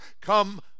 come